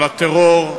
על הטרור,